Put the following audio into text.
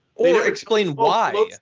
or explain why.